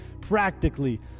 practically